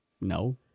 No